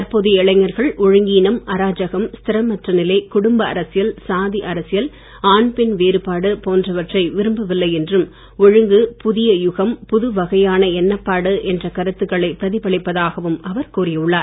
தற்போதைய இளைஞர்கள் ஒழுங்கீனம் அராஜகம் ஸ்திரமற்ற நிலை குடும்ப அரசியல் சாதி அரசியல் ஆண் பெண் வேறுபாடு போன்றவற்றை விரும்பவில்லை என்றும் ஒழுங்கு புதிய யுகம் புது வகையான எண்ணப்பாடு என்ற கருத்துக்களை பிரதலிப்பதாகவும் அவர் கூறியுள்ளார்